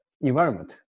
environment